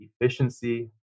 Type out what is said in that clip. efficiency